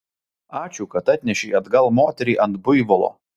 ačiū kad atnešei atgal moterį ant buivolo